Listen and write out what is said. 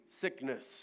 sickness